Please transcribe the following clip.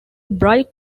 bright